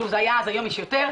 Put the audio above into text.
זה היה אז והיום זה יותר,